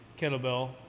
kettlebell